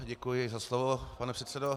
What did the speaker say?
Děkuji za slovo, pane předsedo.